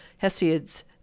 Hesiod's